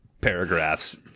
paragraphs